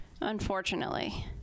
Unfortunately